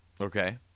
Okay